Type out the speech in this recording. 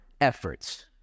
efforts